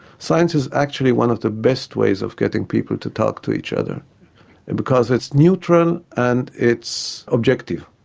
science is actually one of the best ways of getting people to talk to each other and because it's neutral and it's objective,